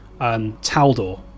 Taldor